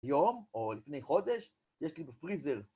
יום או לפני חודש, יש לי בפריזר.